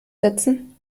setzen